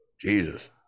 Jesus